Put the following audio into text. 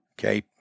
Okay